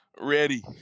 ready